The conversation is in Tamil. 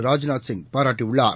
ராஜ்நாத் சிங் பாராட்டியுள்ளார்